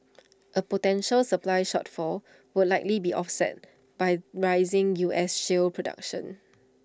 A potential supply shortfall would likely be offset by rising U S shale production